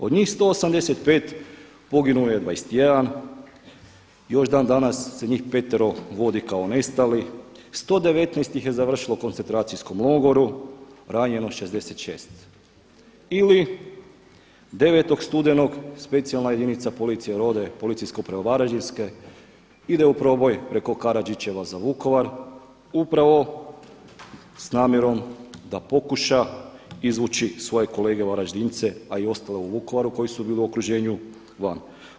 Od njih 185 poginuo je 21, još dan danas se njih petero vodi kao nestali, 119 ih je završilo u koncentracijskom logoru, ranjeno 66 ili 9. studenog Specijalna jedinica policija Rode, Policijske uprave Varaždinske ide u proboj preko Karadžićeva za Vukovar upravo s namjerom da pokuša izvući svoje kolege Varaždince, a i ostale u Vukovaru koji su bili u okruženju van.